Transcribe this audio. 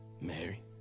Mary